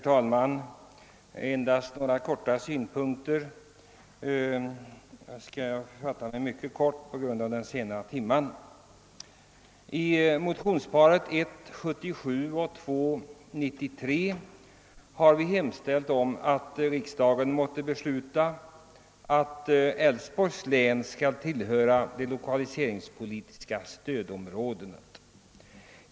Herr talman! I motionsparet 1: 77 och 11:93 här vi hemställt att riksdagen måtte besluta att Älvsborgs län skall tillhöra det lokaliseringspolitiska stödområdet.